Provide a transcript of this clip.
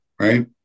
right